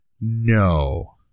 No